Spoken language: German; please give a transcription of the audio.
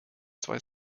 zwei